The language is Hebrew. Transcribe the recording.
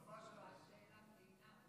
" פרצופה של המדינה.